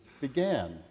began